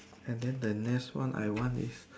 and then the next one I want is